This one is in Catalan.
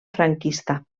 franquista